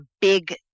big